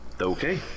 Okay